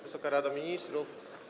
Wysoka Rado Ministrów!